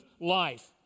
life